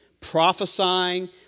prophesying